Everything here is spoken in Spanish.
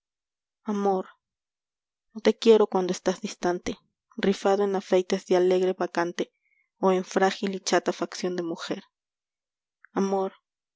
amor no te quiero cuando estás distante rifado en afeites de alegre bacante o en frágil y chata facción de mujer amor